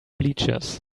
bleachers